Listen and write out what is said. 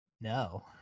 No